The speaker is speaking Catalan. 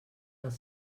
els